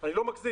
אני לא מגזים.